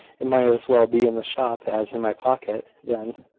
it might as well be in the shop as in my pocket, then.